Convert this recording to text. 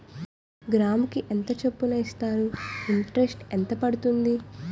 గ్రాముకి ఎంత చప్పున ఇస్తారు? ఇంటరెస్ట్ ఎంత పడుతుంది?